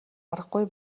аргагүй